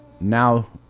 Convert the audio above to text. now